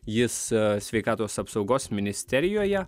jis sveikatos apsaugos ministerijoje